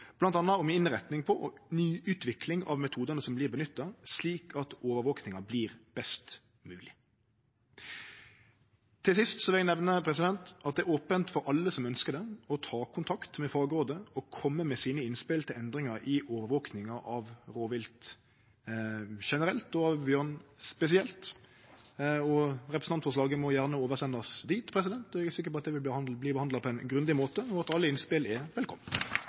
innretning på og nyutvikling av metodane som vert nytta, slik at overvakinga vert best mogleg. Til sist vil eg nemne at det er opent for alle som ønskjer det, å ta kontakt med fagrådet og kome med sine innspel til endringar i overvaking av rovvilt generelt, og av bjørn spesielt. Representantforslaget må gjerne verte sendt over dit, og eg er sikker på at det vert behandla på grundig måte, og at alle innspel er